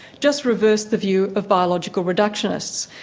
just reverse the view of biological reductionists,